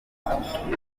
asabwa